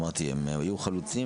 אמרתי הם היו חלוצים